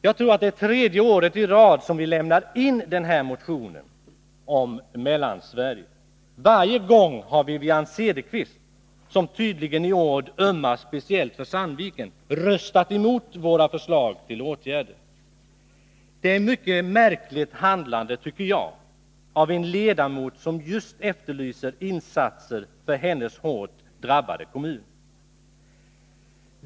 Det är nu tredje året i rad som vi lämnar in denna motion om Mellansverige. Varje gång har Wivi-Anne Cederqvist — som tydligen i ord ömmar speciellt för Sandviken — röstat mot våra förslag till åtgärder. Det är ett mycket märkligt handlande, tycker jag, av en ledamot som just efterlyser insatser för sin hårt drabbade kommun.